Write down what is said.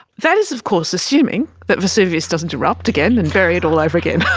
that is of course assuming that vesuvius doesn't erupt again and bury it all over again.